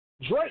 Drake